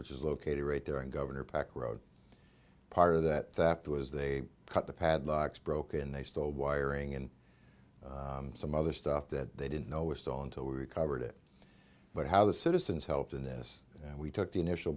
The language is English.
which is located right there and governor pack wrote part of that that was they cut the padlocks broke and they stole wiring and some other stuff that they didn't know was still until we recovered it but how the citizens helped in this and we took the initial